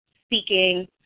speaking